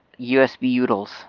USB-Utils